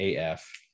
AF